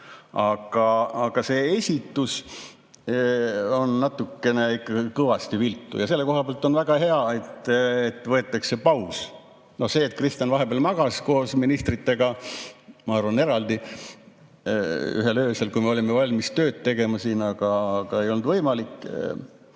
Aga see esitus on natukene, kõvasti viltu ja selle koha pealt on väga hea, et võetakse paus. See, et Kristen vahepeal magas koos ministritega – ma arvan, eraldi – ühel öösel, kui me olime valmis tööd tegema siin, aga ei olnud võimalik.